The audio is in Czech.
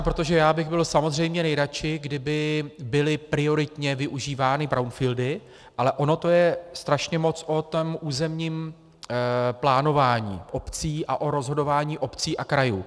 Protože já bych byl samozřejmě nejradši, kdyby byly prioritně využívány brownfieldy, ale ono to je strašně moc o tom územním plánování obcí a o rozhodování obcí a krajů.